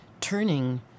turning